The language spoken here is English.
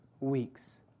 weeks